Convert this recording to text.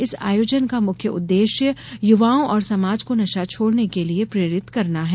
इस आयोजन का मुख्य उद्देश्य युवाओं और समाज को नशा छोड़ने के लिए प्रेरित करना है